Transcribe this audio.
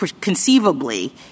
conceivably